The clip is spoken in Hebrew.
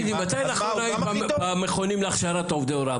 מתי לאחרונה היית במכונים להכשרת עובדי הוראה?